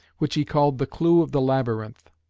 which he called the clue of the labyrinth,